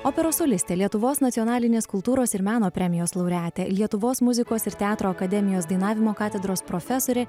operos solistė lietuvos nacionalinės kultūros ir meno premijos laureatė lietuvos muzikos ir teatro akademijos dainavimo katedros profesorė